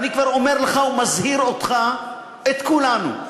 אני כבר אומר לך ומזהיר אותך, את כולנו,